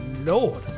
Lord